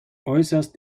äußerst